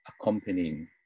accompanying